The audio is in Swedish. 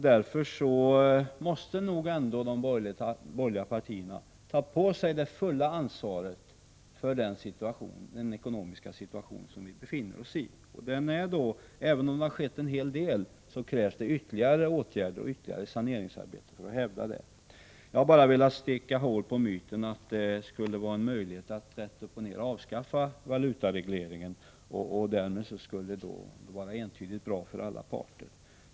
Därför måste nog ändå de borgerliga partierna ta på sig det fulla ansvaret för den ekonomiska situation som vi befinner oss i. Även om det skett en hel del krävs det ytterligare åtgärder och ytterligare saneringsarbete. Jag har bara velat sticka hål på myten att det skulle vara möjligt att rätt upp och ner avskaffa valutaregleringen och att det därmed skulle vara entydigt bra för alla parter.